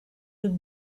would